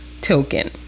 token